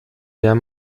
der